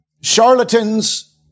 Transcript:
charlatans